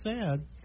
sad